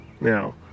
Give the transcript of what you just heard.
Now